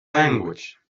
language